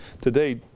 today